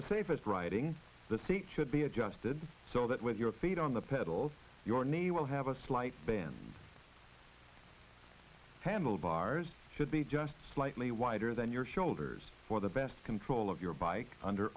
the safest riding the seat should be adjusted so that with your feet on the pedals your knee will have a slight bend handlebars should be just slightly wider than your shoulders for the best control of your bike under